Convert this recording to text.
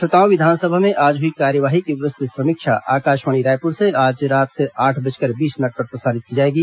श्रोताओं विधानसभा में आज हुई कार्यवाही की विस्तुत समीक्षा आकाशवाणी रायपूर से आज रात आठ बजकर बीस मिनट पर प्रसारित की जाएगी